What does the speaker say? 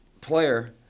player